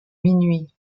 minuit